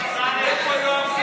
איפה יואב סגלוביץ'